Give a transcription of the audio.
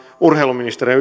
urheiluministerinä